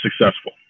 successful